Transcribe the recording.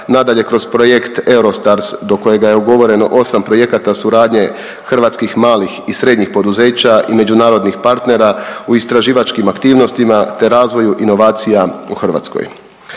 Nadalje, kroz projekt Eurostars do kojega je ugovoreno 8 projekata suradnje hrvatskih malih i srednjih poduzeća i međunarodnih partnera u istraživačkim aktivnostima te razvoju inovacija u Hrvatskoj.